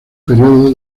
periodo